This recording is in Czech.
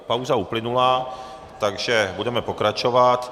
Pauza uplynula, takže budeme pokračovat.